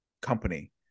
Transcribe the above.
company